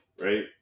right